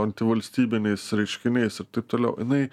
antivalstybiniais reiškiniais ir taip toliau jinai